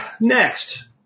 Next